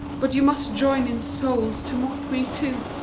but you must join in souls to mock me too?